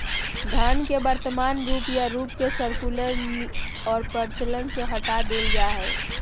धन के वर्तमान रूप या रूप के सर्कुलेशन और प्रचलन से हटा देल जा हइ